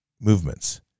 movements